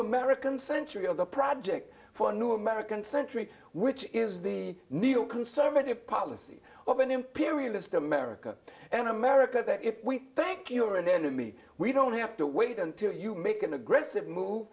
american century of the project for a new american century which is the neo conservative policy of an imperialist america an america that if we thank you are an enemy we don't have to wait until you make an aggressive move